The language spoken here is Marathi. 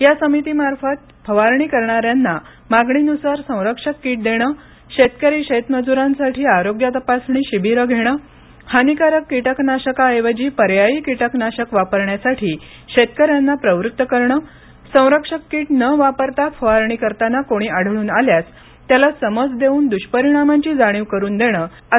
या समितीमार्फत फवारणी करणाऱ्यांना मागणीनुसार संरक्षक किट देणं शेतकरी शेतमजुरांसाठी आरोग्य तपासणी शिबीर घेणं हानीकारक कीटकनाशकाऐवजी पर्यायी कीटकनाशक वापरण्यासाठी शेतकऱ्यांना प्रवृत्त करणं संरक्षक किट न वापरता फवारणी करतांना कोणी आढळून आल्यास त्याला समज देऊन दुष्परिणामांची जाणीव करुन देणं असं काम समिती करणार आहे